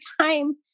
time